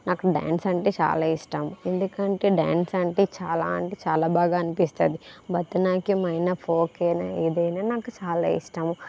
నాకు డ్యాన్స్ అంటే చాలా ఇష్టం ఎందుకంటే డ్యాన్స్ అంటే చాలా అంటే చాలా బాగా అనిపిస్తుంది భరత నాట్యమైనా ఫోక్ అయినా ఏదైనా నాకు చాలా ఇష్టము